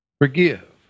forgive